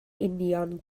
union